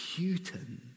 Putin